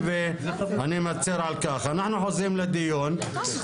אני חייבת לומר, סבא שלי נולד באזור של לביב.